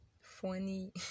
funny